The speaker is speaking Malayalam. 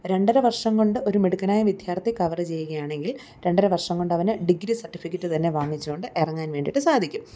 രണ്ടര വർഷം കൊണ്ട് ഒരു മിടുക്കനായ വിദ്യാർത്ഥി കവറ് ചെയ്യുകയാണെങ്കിൽ രണ്ടര വർഷം കൊണ്ട് അവന് ഡിഗ്രി സർട്ടിഫിക്കറ്റ് തന്നെ വാങ്ങിച്ച് കൊണ്ട് ഇറങ്ങാൻ വേണ്ടിയിട്ട് സാധിക്കും